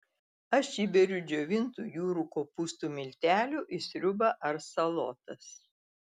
aš įberiu džiovintų jūrų kopūstų miltelių į sriubą ar salotas